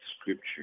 Scripture